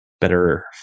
better